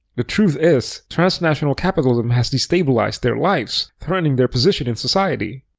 the truth is, transnational capitalism has destabilized their lives, threatening their position in society.